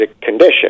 condition